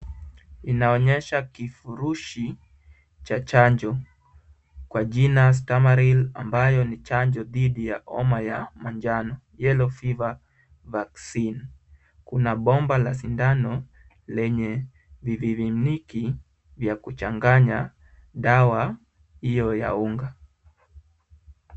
Inaonyesha kifurushi cha chanjo kwa jina stamaril ambayo ni chanjo dhidi ya homa ya manjano, Yellow Fever Vaccine . Kuna bomba la sindano lenye vimiminiki vya kuchanganya dawa hiyo ya unga.